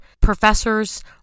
professors